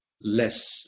less